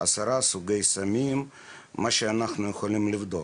מה שאנחנו יכולים לבדוק.